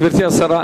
גברתי השרה,